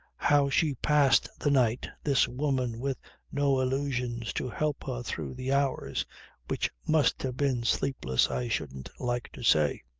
how she passed the night, this woman with no illusions to help her through the hours which must have been sleepless i shouldn't like to say.